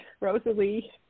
rosalie